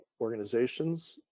organizations